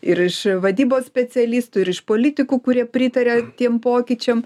ir iš vadybos specialistų ir iš politikų kurie pritaria tiem pokyčiam